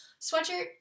sweatshirt